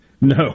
No